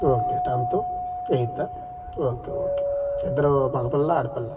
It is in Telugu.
ఓకే టెన్త్ ఎయితా ఓకే ఓకే ఇద్దరు మగ పిల్లల ఆడపిల్లల